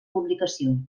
publicació